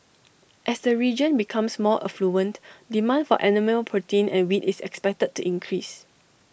as the region becomes more affluent demand for animal protein and wheat is expected to increase